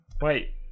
Wait